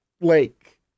lake